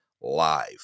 live